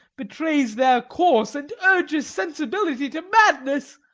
betrays their course, and urges sensibility to madness!